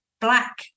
black